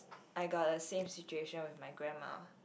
I got a same situation with my grandma